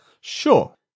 Sure